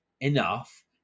enough